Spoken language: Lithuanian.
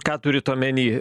ką turit omeny